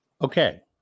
Okay